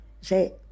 say